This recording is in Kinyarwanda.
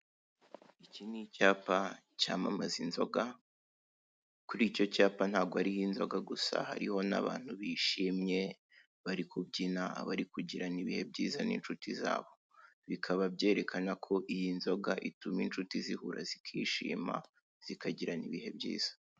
Iki ni icyapa cyamamaza inzoga, kuri icyo cyapa ntago hariho inzoga gusa hariho n'abantu bishimye, bari kubyina abari kugirana ibihe byiza n'inshuti zabo, bikaba byerekana ko iyi nzoga ituma inshuti zihura zikishima zikagirana ibihe byiza.